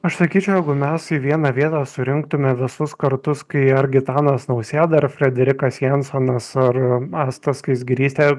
aš sakyčiau jeigu mes į vieną vietą surinktume visus kartus kai ar gitanas nausėda ar frederikas jansonas ar ar asta skaisgirytė